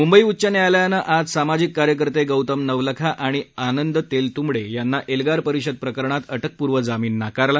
म्ंबई उच्च न्यायालयान आज सामाजिक कार्यकर्ते गौतम नवलखा आणि आनंद तेलत्ंबडे यांना एल्गार परिषद प्रकरणात अटकपूर्व जामीन नाकारला